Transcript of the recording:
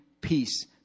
peace